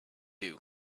two